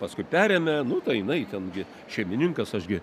paskui perėmę nu tai jinai ten gi šeimininkas aš gi